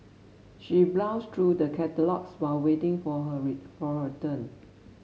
she browsed through the catalogues while waiting for her for her turn